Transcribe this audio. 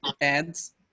ads